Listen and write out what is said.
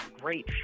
great